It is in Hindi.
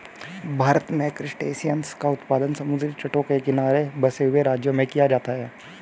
भारत में क्रासटेशियंस का उत्पादन समुद्री तटों के किनारे बसे हुए राज्यों में किया जाता है